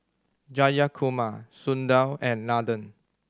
Jayakumar Sundar and Nathan